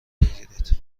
بگیرید